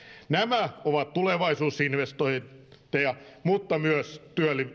nämä ovat tulevaisuusinvestointeja mutta myös